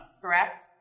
correct